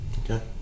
Okay